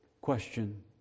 question